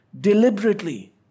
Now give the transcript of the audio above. deliberately